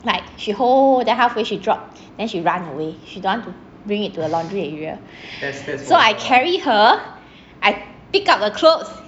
like she hold then halfway she dropped then she run away she don't want to bring it to the laundry area so I carry her I pick up her clothes